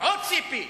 עוד ציפי.